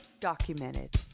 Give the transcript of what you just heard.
documented